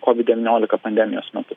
kovid devyniolika pandemijos metu